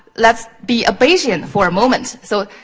let's be a bayesian for a moment. so,